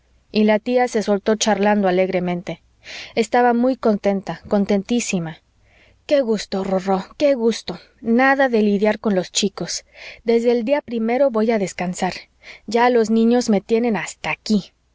y la tía se soltó charlando alegremente estaba muy contenta contentísima qué gusto rorró qué gusto nada de lidiar con los chicos desde el día primero voy a descansar ya los niños me tienen hasta aquí